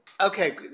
Okay